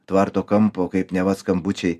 tvarto kampo kaip neva skambučiai